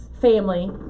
Family